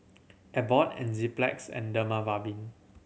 Abbott Enzyplex and Dermaveen